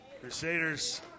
Crusaders